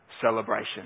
celebration